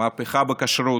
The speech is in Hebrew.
מהפכה בכשרות,